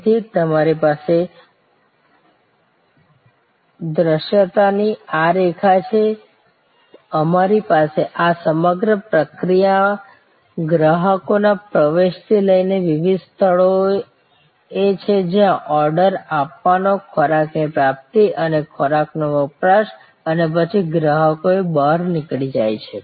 તેથી અમારી પાસે દૃશ્યતાની આ રેખા છે અમારી પાસે આ સમગ્ર પ્રક્રિયા ગ્રાહકોના પ્રવેશથી લઈને વિવિધ સ્થળોએ છે જ્યાં ઓર્ડર આપવાનો ખોરાકની પ્રાપ્તિ અને ખોરાકનો વપરાશ અને પછી ગ્રાહકો બહાર નીકળી જાય છે